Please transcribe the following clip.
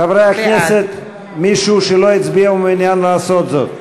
חברי הכנסת, מישהו שלא הצביע ומעוניין לעשות זאת?